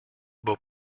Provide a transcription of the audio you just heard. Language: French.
beaux